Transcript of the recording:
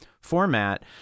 format